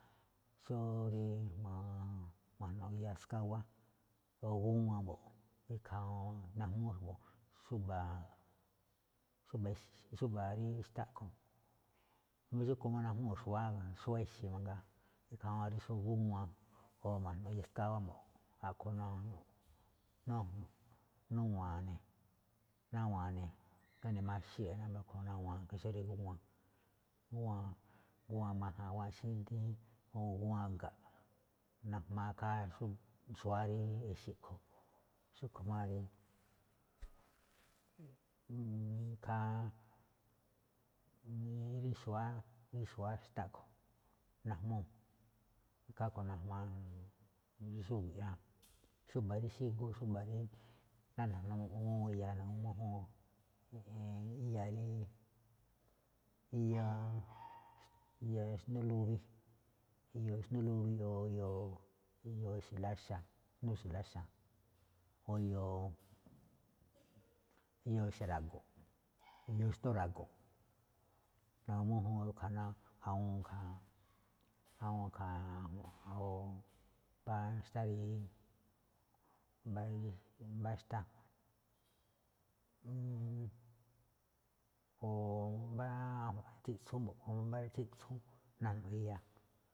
Xó rí ma̱-majno̱ꞌ iya skáwá, o gúwan mbo̱ꞌ, ikhaa najmúú xa̱bo̱, xúba̱, xúba̱ exe̱, xúba̱ rí xtá a̱ꞌkhue̱n jamí xúꞌkhue̱n máꞌ najmúu̱ xu̱wa̱á ixe̱ mangaa, ikhaa juun xó rí gúwan o ma̱jno̱ꞌ iya skáwá mbo̱ꞌ, a̱ꞌkhue̱n nuwa̱a̱n ne̱, nawa̱a̱n ne̱, nawa̱a̱n ne̱, nune̱ maxee̱ ne̱, wámba̱ rúꞌkhue̱n nawa̱a̱n ne̱ xó rí gúwan, gúwan majan, gúwan xíndí o gúwan ga̱ꞌ, najmaa ikhaa rí xu̱wa̱á rí ixe̱ a̱ꞌkhue̱n. Xúꞌkhue̱n máꞌ rí ikhaa rí xu̱wa̱á, rí xu̱wa̱á xtá a̱ꞌkhue̱n najmúu̱n, ikhaa rúꞌkhue̱n najmaa xúge̱ꞌ rá. xúba̱ rí xígu, xúba̱ rí ná na̱gu̱ma mújúun iya, na̱gu̱ma mújúun iya rí iya xndu lubi, iyoo xndú lubi o eyoo ixe̱ láxa̱, xndúu ixe̱ láxa̱, o eyoo, ixe̱ ra̱go̱nꞌ, iyoo xndúu ra̱go̱nꞌ, na̱gu̱ma mújúun rúꞌkhue̱n ná awúun ikhaa awúun ikhaa mbá xtá rí mbá xtá. o mbá tsiꞌtsún mbo̱ꞌ, mbá tsiꞌtsún najno̱ꞌ iya.